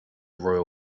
royal